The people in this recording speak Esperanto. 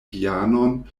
pianon